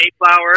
mayflower